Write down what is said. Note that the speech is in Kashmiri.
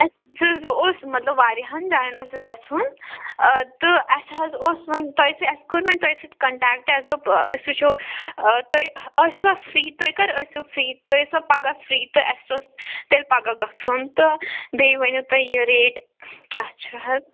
اسہِ حظ اوس مطلب واریاہَن جایَن اوس اَسہِ گَژھُن آ تہٕ اسہِ حظ اوس وۅنۍ تۅہہِ سۭتۍ اَسہ کوٚر وۅنۍ تۅہہِ سٍتۍ کَنٹیکٹہٕ اسہِ دوٚپ آ أسۍ وُچھو آ تُہۍ ٲسوا فِرٛی تُہۍ کَر ٲسِو فِرٛی تُہۍ ٲسوا پگاہ فِرٛی تہٕ اَسہِ اوس تیٚلۍ پگاہ گَژھُن تہٕ بیٚیہِ ؤنِو تُہۍ یہِ ریٹ کیٛاہ چھِ حظ